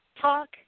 talk